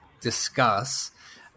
discuss